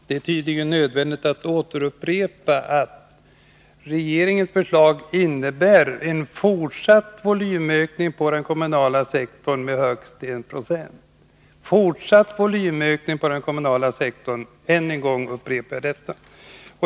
Fru talman! Det är tydligen nödvändigt att upprepa att regeringens förslag innebär en fortsatt volymökning på den kommunala sektorn med högst 1 96. Det blir alltså fortsatt volymökning på den kommunala sektorn — än en gång upprepar jag detta.